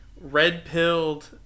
red-pilled